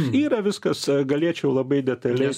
yra viskas galėčiau labai detaliai